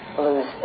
lose